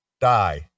die